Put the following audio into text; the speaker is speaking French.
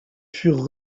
furent